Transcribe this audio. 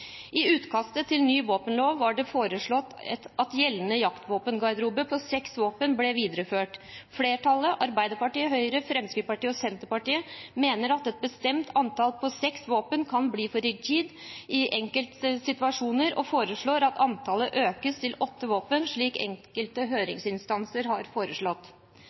i. I utkastet til ny våpenlov var det foreslått at gjeldende jaktvåpengarderobe på seks våpen ble videreført. Flertallet – Arbeiderpartiet, Høyre, Fremskrittspartiet og Senterpartiet – mener at et bestemt antall på seks våpen kan bli for rigid i enkeltsituasjoner, og foreslår at antallet økes til åtte våpen, slik enkelte høringsinstanser har foreslått.